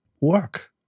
work